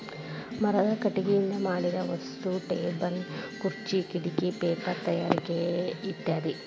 ಮರದ ಕಟಗಿಯಿಂದ ಮಾಡಿದ ವಸ್ತು ಟೇಬಲ್ ಖುರ್ಚೆ ಕಿಡಕಿ ಪೇಪರ ತಯಾರಿಕೆ ಇತ್ಯಾದಿ